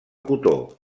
cotó